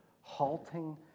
halting